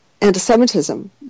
anti-Semitism